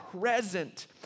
present